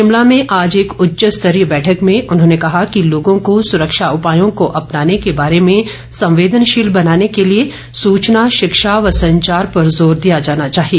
शिमला में आज एक उच्च स्तरीय बैठक में उन्होंने कहा कि लोगों को सुरक्षा उपायों को अपनाने के बारे में संवेदनशील बनाने के लिए सूचना शिक्षा व संचार पर जोर दिया जाना चांहिए